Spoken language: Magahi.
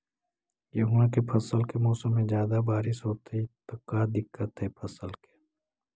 गेहुआ के फसल के मौसम में ज्यादा बारिश होतई त का दिक्कत हैं फसल के?